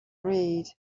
read